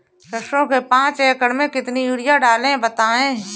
सरसो के पाँच एकड़ में कितनी यूरिया डालें बताएं?